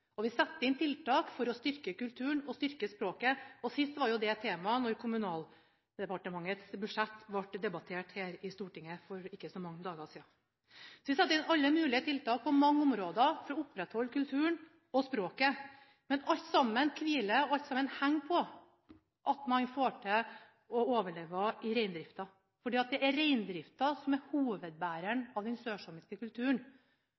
Vi setter inn tiltak for å styrke kulturen og styrke språket, og sist var jo det et tema da Kommunaldepartementets budsjett ble debattert her i Stortinget for ikke så mange dager siden. Vi setter inn alle mulige tiltak på mange områder for å opprettholde kulturen og språket, men alt sammen henger på om man får til at reindrifta overlever, for det er reindrifta som er hovedbæreren av den sørsamiske kulturen.